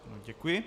Děkuji.